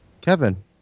Kevin